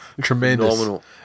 Tremendous